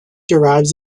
derives